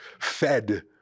Fed